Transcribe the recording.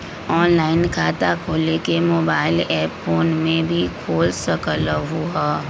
Online खाता खोले के मोबाइल ऐप फोन में भी खोल सकलहु ह?